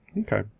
okay